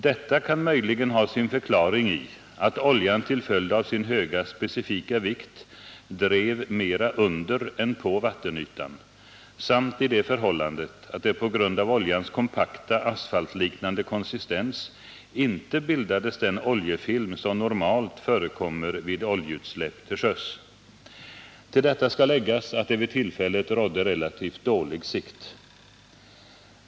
Detta kan möjligen ha sin förklaring i att oljan till följd av sin höga specifika vikt drev mera under än på vattenytan samt i det förhållandet att det på grund av oljans kompakta, asfaltliknande konsistens inte bildades den oljefilm som normalt förekommer vid oljeutsläpp till sjöss. Till detta skall läggas att det vid tillfället rådde relativt dålig sikt.